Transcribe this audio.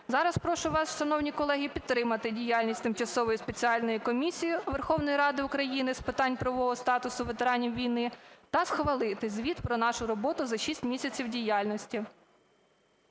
Зараз прошу вас, шановні колеги, підтримати діяльність Тимчасової спеціальної комісії Верховної Ради України з питань правового статусу ветеранів війни та схвалити звіт про нашу роботу за 6 місяців діяльності.